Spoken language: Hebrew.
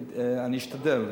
אשתדל,